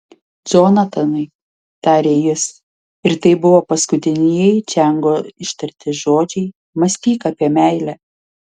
džonatanai tarė jis ir tai buvo paskutinieji čiango ištarti žodžiai mąstyk apie meilę